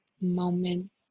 moment